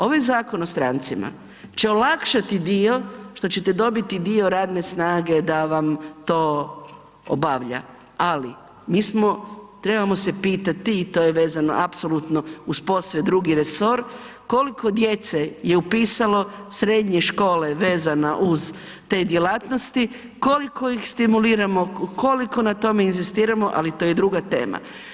Ovaj Zakon o strancima će olakšati dio što ćete dobiti dio radne snage da vam to obavlja, ali mi smo, trebamo se pitati i to je vezano apsolutno uz posve drugi resor koliko djece je upisalo srednje škole vezano uz te djelatnosti, koliko ih stimuliramo, koliko na tome inzistiramo, ali to je druga tema.